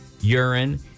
urine